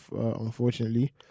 Unfortunately